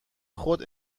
خود